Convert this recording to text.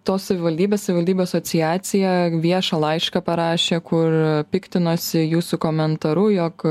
tos savivaldybės savivaldybių asociacija viešą laišką parašė kur piktinosi jūsų komentaru jog